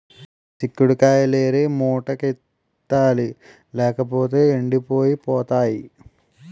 సిక్కుడు కాయిలేరి మూటకెత్తాలి లేపోతేయ్ ఎండిపోయి పోతాయి